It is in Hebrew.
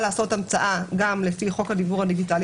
לעשות המצאה גם לפי חוק הדיוור הדיגיטלי,